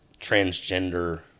transgender